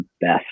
best